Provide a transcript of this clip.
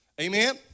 Amen